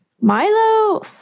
Milo